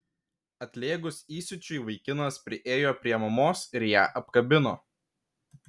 atlėgus įsiūčiui vaikinas priėjo prie mamos ir ją apkabino